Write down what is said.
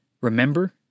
Remember